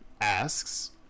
asks